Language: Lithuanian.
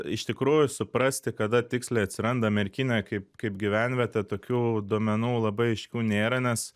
iš tikrųjų suprasti kada tiksliai atsiranda merkinė kaip kaip gyvenvietė tokių duomenų labai aiškių nėra nes